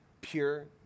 pure